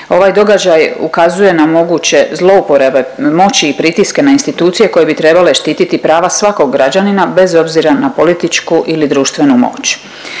Ovaj događaj ukazuje na moguće zlouporabe moći i pritiske na institucije koje bi trebale štititi prava svakog građanina, bez obzira na političku ili društvenu moć.